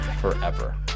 forever